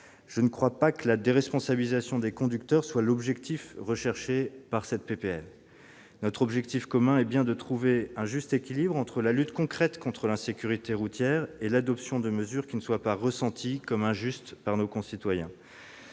Je ne crois pas que la déresponsabilisation des conducteurs soit l'objectif visé par cette proposition de loi. Notre objectif commun est bien de trouver un juste équilibre entre la lutte concrète contre l'insécurité routière et l'adoption de mesures qui ne soient pas ressenties comme injustes par nos concitoyens.